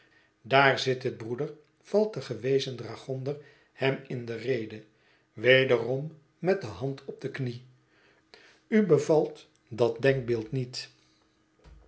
daar zit het broeder valt de gewezen dragonder hem in de rede wederom met de hand op de knie u bevalt dat denkbeeld niet